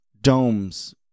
domes